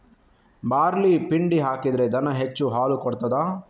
Barley ಪಿಂಡಿ ಹಾಕಿದ್ರೆ ದನ ಹೆಚ್ಚು ಹಾಲು ಕೊಡ್ತಾದ?